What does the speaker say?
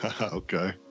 Okay